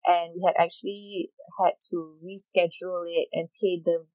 and we had actually had to reschedule it and pay the